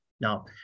now